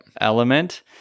element